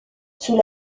sous